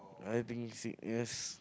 I think sick yes